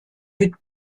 mit